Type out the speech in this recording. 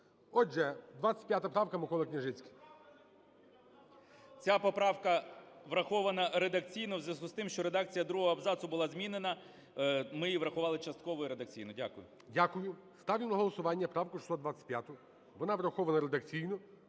Отже, 25 правка, Микола Княжицький. 16:50:30 КНЯЖИЦЬКИЙ М.Л. Ця поправка врахована редакційно, в зв'язку з тим, що редакція другого абзацу була змінена, ми її врахували частково і редакційно. Дякую. ГОЛОВУЮЧИЙ. Дякую. Ставлю на голосування правку 625. Вона врахована редакційно.